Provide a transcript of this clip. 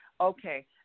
Okay